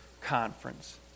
conference